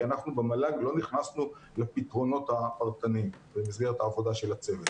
כי אנחנו במל"ג לא נכנסנו לפתרונות הפרטניים במסגרת העבודה של הצוות.